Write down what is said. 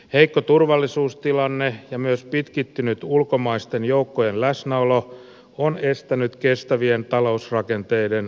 heikko turvallisuustilanne ja myös pitkittynyt ulkomaisten joukkojen läsnäolo on estänyt kestävien talousrakenteiden perustamista